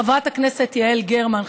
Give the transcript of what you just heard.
חברת הכנסת יעל גרמן,